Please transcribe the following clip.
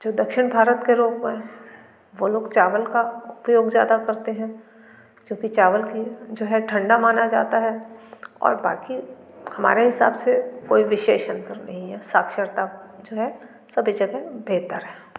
जो दक्षिण भारत के लोग हैं वो लोग चावल का उपयोग ज़्यादा करते हैं क्योंकि चावल की जो है ठंडा माना जाता है और बाकी हमारे हिसाब से कोई विशेष अंतर नहीं है साक्षरता जो है सभी जगह बेहतर है